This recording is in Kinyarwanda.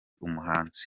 umuhanzi